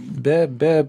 be be